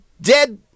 dead